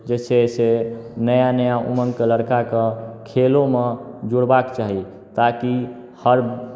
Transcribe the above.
जैसे जैसे नया नया उमरके लड़काकेँ खेलोमे जोड़बाक चाही ताकि हर